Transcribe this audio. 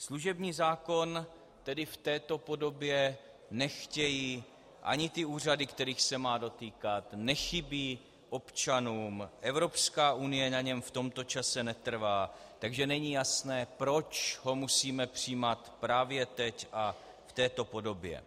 Služební zákon v této podobě nechtějí ani úřady, kterých se má dotýkat, nechybí občanům, Evropská unie na něm v tomto čase netrvá, takže není jasné, proč ho musíme přijímat právě teď a v této podobě.